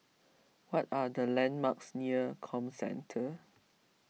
what are the landmarks near Comcentre